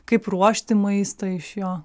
kaip ruošti maistą iš jo